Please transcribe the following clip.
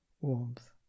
warmth